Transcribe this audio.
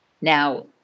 Now